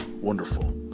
wonderful